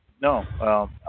No